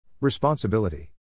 Responsibility